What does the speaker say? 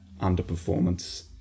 underperformance